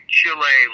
Chile